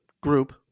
group